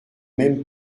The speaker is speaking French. même